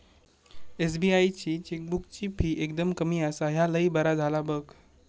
SBI ची चेकबुकाची fee एकदम कमी आसा, ह्या लय बरा झाला बघ